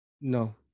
No